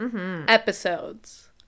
Episodes